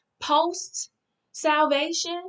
post-salvation